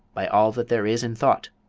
by all that there is in thought,